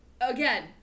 again